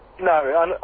No